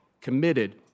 committed